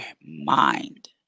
mind